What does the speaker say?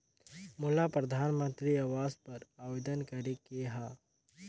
मोला परधानमंतरी आवास बर आवेदन करे के हा?